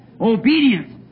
Obedience